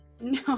No